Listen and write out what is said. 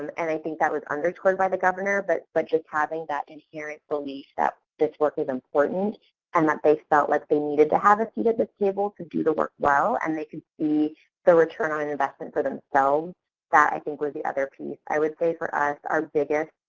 and and i think that was underscored by the governor, but but just having that inherent belief that this work is important and that they felt like they needed to have a seat at the table to do the work well, and they can see the return on investment for themselves that, i think, was the other piece. i would say for us our biggest